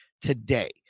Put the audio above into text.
today